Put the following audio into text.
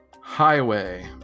Highway